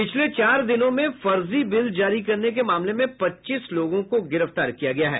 पिछले चार दिनों में फर्जी बिल जारी करने के मामले में पच्चीस लोगों को गिरफ्तार किया गया है